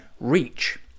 reach